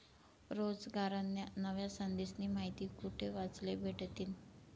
रोजगारन्या नव्या संधीस्नी माहिती कोठे वाचले भेटतीन?